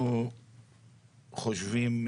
אנחנו חושבים,